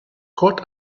caught